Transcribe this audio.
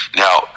now